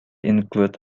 include